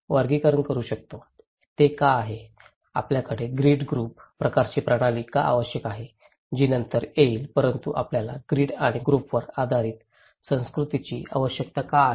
ते का आहे आपल्याकडे ग्रीड ग्रुप प्रकारची प्रणाली का आवश्यक आहे जी नंतर येईल परंतु आपल्याला ग्रीड आणि ग्रुपवर आधारित संस्कृतीची आवश्यकता का आहे